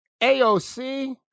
AOC